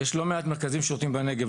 יש לא מעט מרכזים שירותים בנגב,